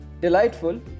Delightful